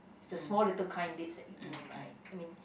the small little kind deeds that you do right I mean